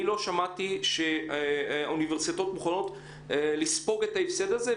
ואני לא שמעתי שהאוניברסיטאות מוכנות לספוג את ההפסד הזה,